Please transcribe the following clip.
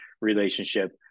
relationship